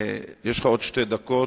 יש לך עוד שתי דקות,